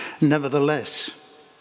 Nevertheless